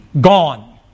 Gone